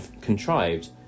contrived